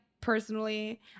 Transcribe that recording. personally